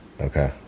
Okay